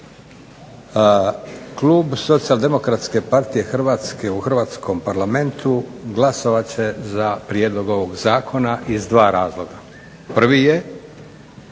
Klub Socijaldemokratske partije Hrvatske u Hrvatskom parlamentu glasovat će za prijedlog ovog zakona iz dva razloga. Prvi je,